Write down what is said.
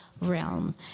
realm